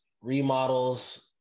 remodels